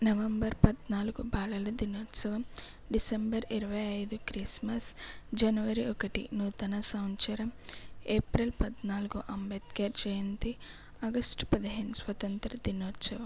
November పద్నాలుగు బాలల దినోత్సవం డిసెంబర్ ఇరవై ఐదు క్రిస్మస్ జనవరి ఒకటి నూతన సంవత్సరం ఏప్రిల్ పద్నాలుగు అంబేద్కర్ జయంతి ఆగష్టు పదిహేను స్వాతంత్ర దినోత్సవం